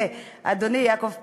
ואדוני יעקב פרי,